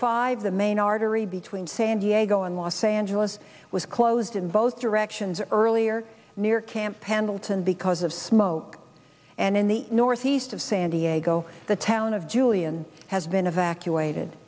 five the main artery between san diego and los angeles was closed in both directions earlier near camp pendleton because of smoke and in the northeast of san diego the town of julian has been evacuated